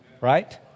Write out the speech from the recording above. Right